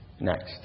next